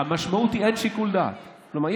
היא שאין שיקול דעת, כלומר,